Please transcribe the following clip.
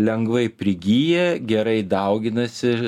lengvai prigyja gerai dauginasi